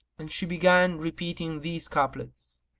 and she began repeating these couplets,